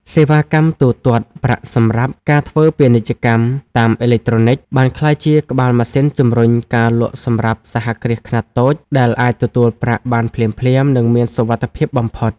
សេវាកម្មទូទាត់ប្រាក់សម្រាប់ ការធ្វើពាណិជ្ជកម្មតាមអេឡិចត្រូនិក បានក្លាយជាក្បាលម៉ាស៊ីនជម្រុញការលក់សម្រាប់សហគ្រាសខ្នាតតូច ដែលអាចទទួលប្រាក់បានភ្លាមៗ និងមានសុវត្ថិភាពបំផុត។